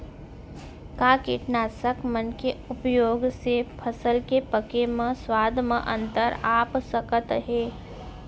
का कीटनाशक मन के उपयोग से फसल के पके म स्वाद म अंतर आप सकत हे?